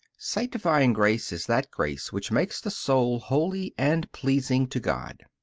sanctifying grace is that grace which makes the soul holy and pleasing to god.